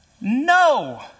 No